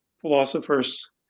philosophers